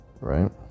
right